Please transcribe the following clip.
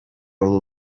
all